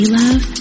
love